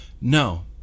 no